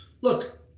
Look